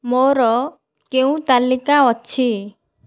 ମୋର କେଉଁ ତାଲିକା ଅଛି